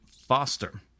Foster